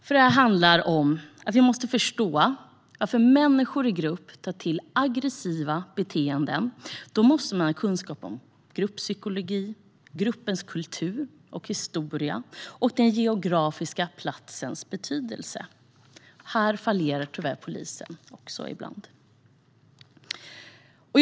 För att förstå varför människor i grupp tar till aggressiva beteenden måste man ha kunskap om gruppsykologi, om gruppens kultur och historia och om den geografiska platsens betydelse. Här fallerar det tyvärr ibland hos polisen.